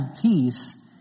peace